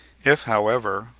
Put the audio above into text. if, however,